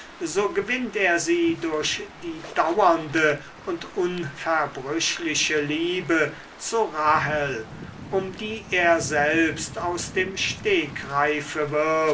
so gewinnt er sie durch die dauernde und unverbrüchliche liebe zu rahel um die er selbst aus dem stegreife